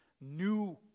new